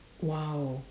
!wow!